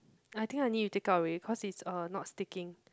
I think I need to take out already cause it's uh not sticking